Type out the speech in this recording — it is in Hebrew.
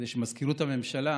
כדי שמזכירות הממשלה